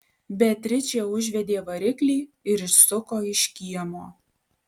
beatričė užvedė variklį ir išsuko iš kiemo